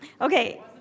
Okay